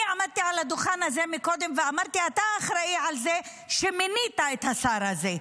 אני עמדתי על הדוכן הזה קודם ואמרתי: אתה אחראי לזה שמינית את השר הזה.